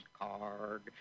card